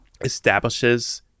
establishes